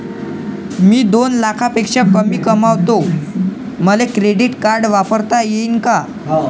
मी दोन लाखापेक्षा कमी कमावतो, मले क्रेडिट कार्ड वापरता येईन का?